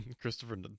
Christopher